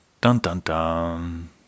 Dun-dun-dun